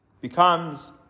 becomes